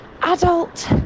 adult